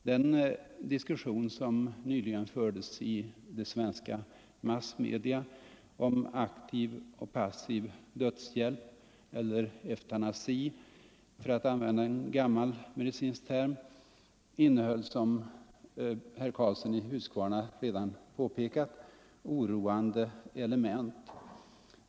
Den diskussion som nyligen fördes i svenska massmedia om aktiv och passiv dödshjälp — eller eutanasi för att använda en gammal medicinsk term — innehöll, som herr Karlsson i Huskvarna redan påpekat, oroande element.